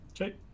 Okay